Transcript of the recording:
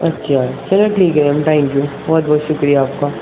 اچھا چلیں ٹھیک ہے میم تھینک یو بہت بہت شکریہ آپ کا